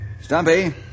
Stumpy